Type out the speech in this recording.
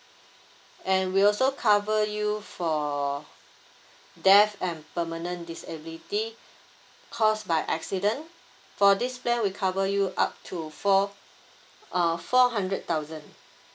and we also cover you for death and permanent disability caused by accident for this plan we cover you up to four uh four hundred thousand